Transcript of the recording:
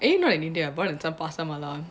eh not in india I bought in some pasar malam